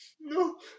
No